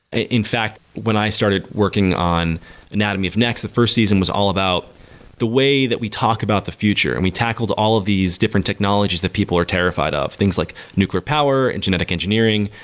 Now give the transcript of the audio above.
in fact, when i started working on anatomy of next, the first season was all about the way that we talk about the future, and we tackled all of these different technologies that people are terrified of, things like nuclear power, and genetic engineering,